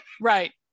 right